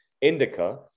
indica